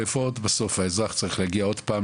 ואיפה עוד בסוף האזרח צריך להגיע עוד פעם